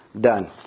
done